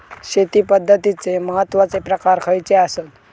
शेती पद्धतीचे महत्वाचे प्रकार खयचे आसत?